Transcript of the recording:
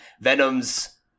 Venom's